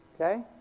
Okay